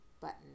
button